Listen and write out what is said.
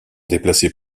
déplacer